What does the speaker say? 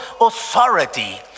authority